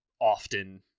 often